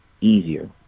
easier